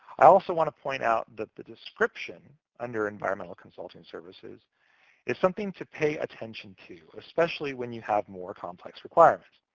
i also want to point out that the description under environmental consulting services is something to pay attention to, especially when you have more complex requirements.